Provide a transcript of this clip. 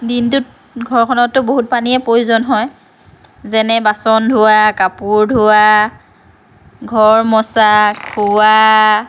দিনটোত ঘৰখনততো বহুত পানীৰেই প্ৰয়োজন হয় যেনে বাচন ধোৱা কাপোৰ ধোৱা ঘৰ মুচা খোৱা